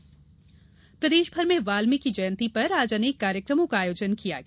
वाल्मीकि जयंती प्रदेशभर में वाल्मीकि जयंती पर आज अनेक कार्यक्रमों का आयोजन किया गया